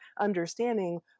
understanding